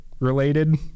related